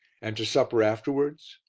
and to supper afterwards?